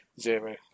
Zero